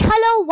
Hello